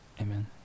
Amen